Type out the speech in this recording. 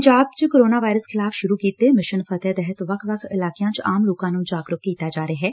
ਪੰਜਾਬ ਚ coronavirus ਖ਼ਿਲਾਫ਼ ਸੂਰੁ ਕੀਤੇ ਮਿਸ਼ਨ ਫਤਹਿ ਤਹਿਤ ਵੱਖ ਵੱਖ ਇਲਾਕਿਆਂ ਚ ਆਮ ਲੋਕਾਂ ਨੂੰ ਜਾਗਰੁਕ ਕੀਤਾ ਜਾ ਰਿਹੈ